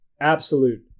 absolute